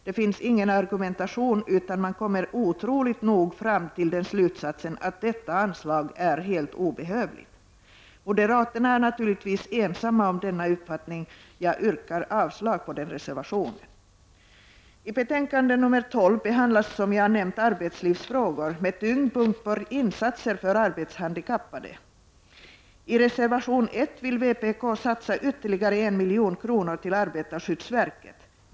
Det finns ingen argumentation, utan man kommer otroligt nog fram till slutsatsen att detta anslag är obehövligt. Moderaterna är naturligtvis ensamma om denna uppfattning. Jag yrkar avslag på reservationen. I betänkande 12 behandlas, som jag nämnt, arbetslivsfrågor med tyngdpunkten lagd på insatser för arbetshandikappade. I reservation 1 vill vpk satsa ytterligare 1 milj.kr. till arbetarskyddsverket.